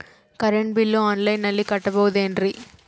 Current bill ಆನ್ಲೈನಿನಲ್ಲಿ ಕಟ್ಟಬಹುದು ಏನ್ರಿ?